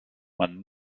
man